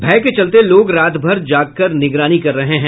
भय के चलते लोग रातभर जाग कर निगरानी कर रहे हैं